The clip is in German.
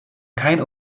keinen